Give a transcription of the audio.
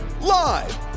Live